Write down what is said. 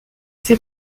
ses